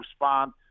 respond